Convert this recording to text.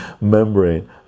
membrane